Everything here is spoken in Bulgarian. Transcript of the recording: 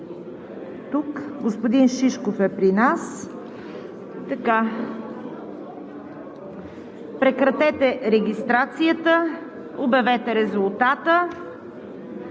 Господин Шишков е при нас. Прекратете регистрацията и обявете резултата.